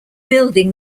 building